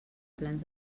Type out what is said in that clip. plans